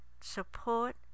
support